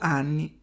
anni